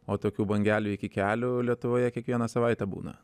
o tokių bangelių iki kelių lietuvoje kiekvieną savaitę būna